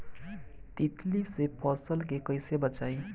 तितली से फसल के कइसे बचाई?